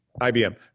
IBM